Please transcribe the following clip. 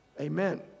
Amen